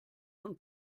von